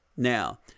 Now